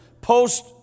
post